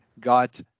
got